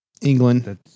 England